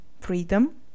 freedom